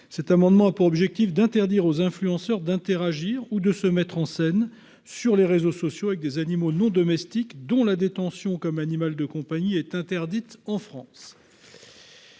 Cet amendement a pour objectif d'interdire aux influenceurs d'interagir ou de se mettre en scène sur les réseaux sociaux avec des animaux non domestiques dont la détention comme animal de compagnie est interdite en France.